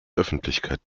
öffentlichkeit